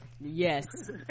Yes